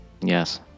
yes